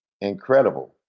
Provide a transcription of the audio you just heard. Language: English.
incredible